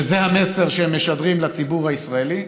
וזה המסר שהם משדרים לציבור הישראלי,